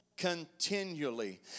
continually